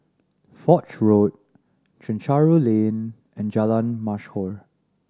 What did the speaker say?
Foch Road Chencharu Lane and Jalan Mashhor